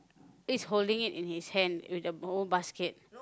is holding it in his hand with the whole basket